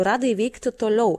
radai veikti toliau